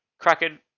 cracking